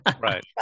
right